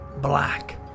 black